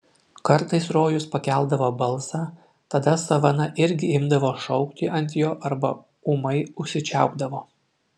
kartais rojus pakeldavo balsą tada savana irgi imdavo šaukti ant jo arba ūmai užsičiaupdavo